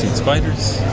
spiders,